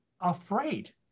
afraid